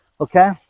okay